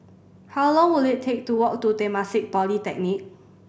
how long will it take to walk to Temasek Polytechnic